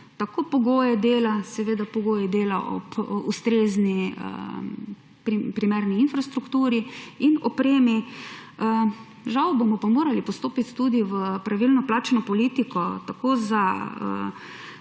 tako pogoje dela, seveda pogoje dela ob ustrezni, primerni infrastrukturi in opremi; žal bomo pa morali postopiti tudi v pravilno plačno politiko tako za